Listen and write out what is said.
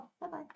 Bye-bye